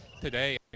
today